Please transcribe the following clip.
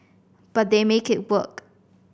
but they make it work